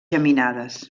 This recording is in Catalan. geminades